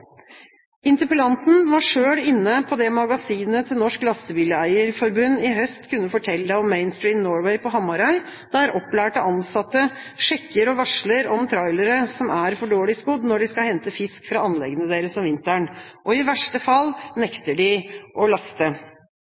Interpellanten var selv inne på det magasinet til Norges Lastebileier-Forbund i høst kunne fortelle om Mainstream Norway på Hamarøy, der opplærte ansatte sjekker og varsler om trailere som er for dårlig skodd når de skal hente fisk fra anleggene deres om vinteren. I verste fall nekter de å laste.